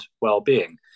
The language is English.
well-being